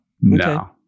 no